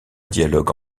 dialogue